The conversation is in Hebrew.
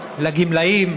לגמלאים,